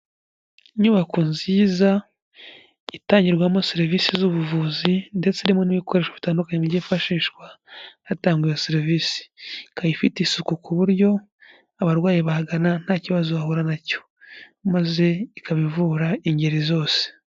Inyubako nziza itangirwamo serivisi z'ubuvuzi ndetse irimo n'ibikoresho bitandukanye byifashishwa hatangwa iyo serivisi, ikaba ifite isuku ku buryo abarwayi bahagana nta kibazo bahura nacyo maze ikaba ivura ingeri zose.